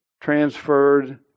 transferred